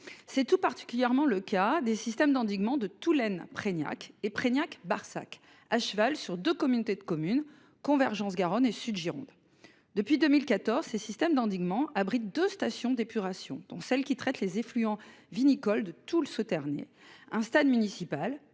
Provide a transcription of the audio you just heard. C'est tout particulièrement le cas des systèmes d'endiguement de tout laine prennent et prennent Jacques Barsac à cheval sur 2 communautés de communes convergence Garonne et Sud-Gironde. Depuis 2014, ces systèmes d'endiguement abrite de stations d'épuration, dont celle qui traite les effluents vinicoles de tout le Sauterne et un stade municipal,